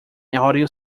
audio